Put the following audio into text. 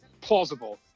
plausible